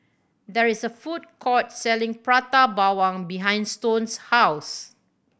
there is a food court selling Prata Bawang behind Stone's house